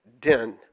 den